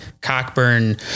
Cockburn